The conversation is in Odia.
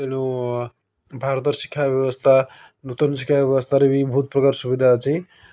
ତେଣୁ ଭାରତର ଶିକ୍ଷା ବ୍ୟବସ୍ଥା ନୂତନ ଶିକ୍ଷା ବ୍ୟବସ୍ଥାରେ ବି ବହୁତ ପ୍ରକାର ସୁବିଧା ଅଛି